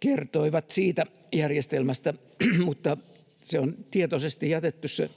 kertoivat siitä järjestelmästä, mutta se on tietoisesti jätetty se